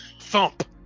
thump